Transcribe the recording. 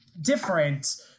different